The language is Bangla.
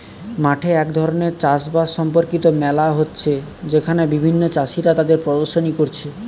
মাঠে এক ধরণের চাষ বাস সম্পর্কিত মেলা হচ্ছে যেখানে বিভিন্ন চাষীরা তাদের প্রদর্শনী কোরছে